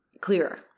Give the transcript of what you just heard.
clearer